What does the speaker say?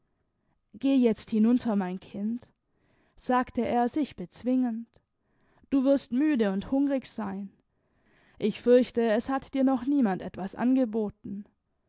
geh jetzt hinunter mein kind sagte er sich bezwingend du wirst müde und hungrig sein ich fürchte es hat dir noch niemand etwas angeboten